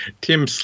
Tim